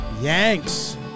Yanks